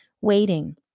waiting